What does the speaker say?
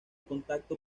contacto